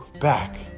Back